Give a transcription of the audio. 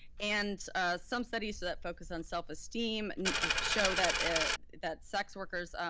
and some studies that focus on self-esteem show that that sex workers,